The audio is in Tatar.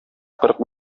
кырык